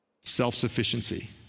self-sufficiency